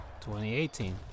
2018